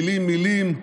מילים מילים,